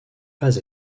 pas